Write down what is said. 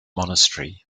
monastery